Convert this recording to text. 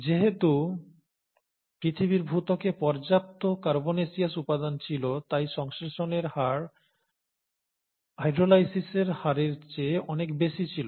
যেহেতু পৃথিবীর ভূত্বকে পর্যাপ্ত কার্বনেসিয়াস উপাদান ছিল তাই সংশ্লেষণের হার হাইড্রোলাইসের হারের চেয়ে অনেক বেশি ছিল